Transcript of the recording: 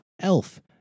*Elf*